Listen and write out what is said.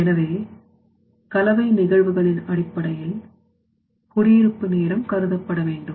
எனவே கலவைநிகழ்வுகளின் அடிப்படையில் குடியிருப்பு நேரம் கருதப்பட வேண்டும்